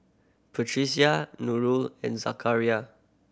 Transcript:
Batrisya Nurul and Zakaria